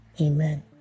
Amen